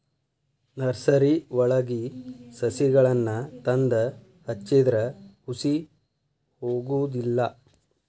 ನರ್ಸರಿವಳಗಿ ಸಸಿಗಳನ್ನಾ ತಂದ ಹಚ್ಚಿದ್ರ ಹುಸಿ ಹೊಗುದಿಲ್ಲಾ